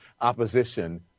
opposition